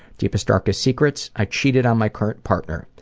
deepest darkest secrets? i cheated on my current partner.